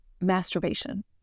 masturbation